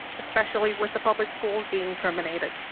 especially with the public schools, being terminated.